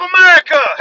America